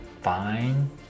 fine